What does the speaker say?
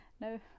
No